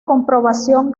comprobación